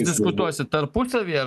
diskutuosit tarpusavy ar